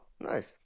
nice